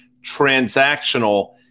transactional